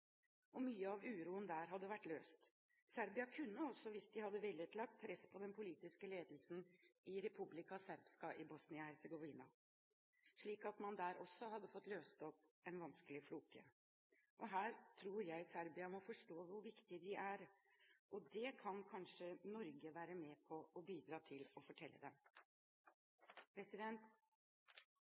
og mye av uroen der hadde vært løst. Serbia kunne også, hvis de hadde villet, lagt press på den politiske ledelsen i Republika Srpska i Bosnia-Hercegovina, slik at man der også hadde fått løst opp en vanskelig floke. Her tror jeg Serbia må forstå hvor viktige de er, og det kan kanskje Norge være med på å bidra til å fortelle